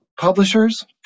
Publishers